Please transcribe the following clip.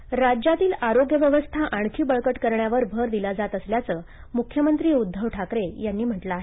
ठाकरे राज्यातील आरोग्य व्यवस्था आणखी बळकट करण्यावर भर दिला जात असल्याचे मुख्यमंत्री उद्धव ठाकरे यांनी म्हटलं आहे